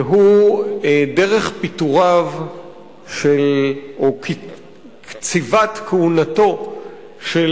והוא דרך פיטוריו או קציבת כהונתו של